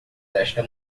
esta